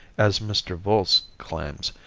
as mr. volz claims,